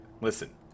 listen